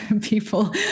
People